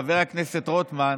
חבר הכנסת רוטמן,